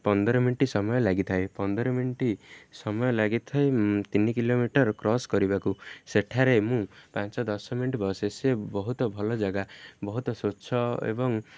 ପନ୍ଦର ମିନିଟ୍ ସମୟ ଲାଗିଥାଏ ପନ୍ଦର ମିନିଟ୍ ସମୟ ଲାଗିଥାଏ ତିନି କିଲୋମିଟର କ୍ରସ୍ କରିବାକୁ ସେଠାରେ ମୁଁ ପାଞ୍ଚ ଦଶ ମିନିଟ୍ ବସେ ସେ ବହୁତ ଭଲ ଜାଗା ବହୁତ ସ୍ୱଚ୍ଛ ଏବଂ